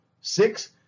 six